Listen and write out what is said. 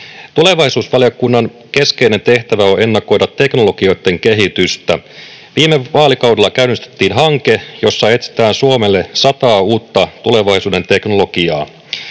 Tulevaisuusvaliokunnan keskeinen tehtävä on ennakoida teknologioitten kehitystä. Viime vaalikaudella käynnistettiin hanke, jossa etsitään Suomelle sataa uutta tulevaisuuden teknologiaa.